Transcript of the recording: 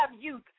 youth